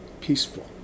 peaceful